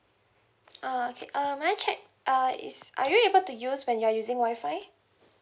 oh okay uh may I check uh is are you able to use when you are using wi-fi